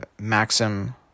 maxim